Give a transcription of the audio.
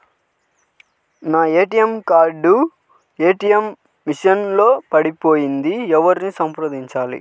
నా ATM card ATM machine లో పడిపోయింది ఎవరిని సంప్రదించాలి?